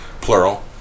plural